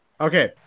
Okay